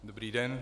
Dobrý den.